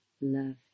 love